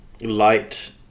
light